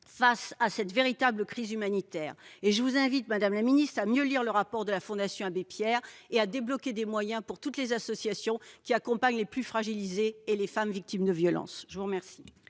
face à cette véritable crise humanitaire. Je vous invite à mieux lire le rapport de la Fondation Abbé Pierre et à débloquer des moyens pour toutes les associations qui accompagnent les plus fragilisés et les femmes victimes de violences. La parole